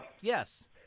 Yes